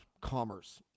commerce